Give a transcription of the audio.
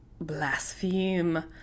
blaspheme